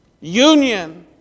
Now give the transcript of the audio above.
union